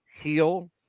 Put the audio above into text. heal